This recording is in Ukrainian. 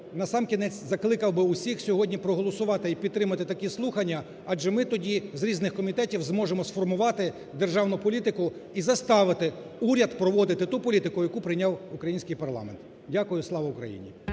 насамкінець закликав би усіх сьогодні проголосувати і підтримати такі слухання, адже ми тоді з різних комітетів зможемо сформувати державну політику і заставити уряд проводити ту політику, яку прийняв український парламент. Дякую. Слава Україні!